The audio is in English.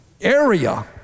area